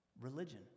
religion